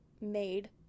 made